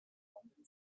london